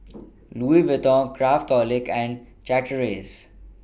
Louis Vuitton Craftholic and Chateraise